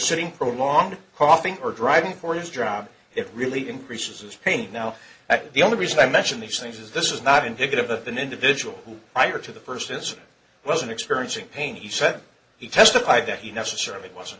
sitting for a long coughing or driving towards drown it really increases pain now that the only reason i mention these things is this is not indicative of an individual who i or to the person is was in experiencing pain he said he testified that he necessarily wasn't